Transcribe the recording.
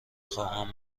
خواهم